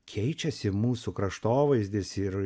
keičiasi mūsų kraštovaizdis ir